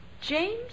James